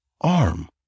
arm